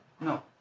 No